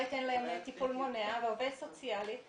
ייתן להן טיפול מונע ועובד סוציאלי.